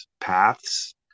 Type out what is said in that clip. paths